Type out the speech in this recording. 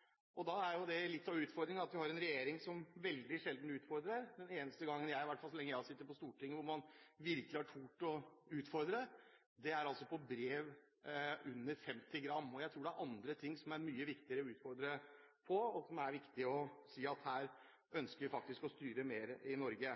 bra. Da er litt av utfordringen at vi har en regjering som veldig sjelden utfordrer. Den eneste gangen – i hvert fall så lenge jeg har sittet på Stortinget – hvor man virkelig har tort å utfordre, gjaldt brev under 50 gram. Jeg tror det er andre ting som er mye viktigere å utfordre, og hvor det er viktig å si at her ønsker vi faktisk å styre mer i Norge.